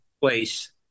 place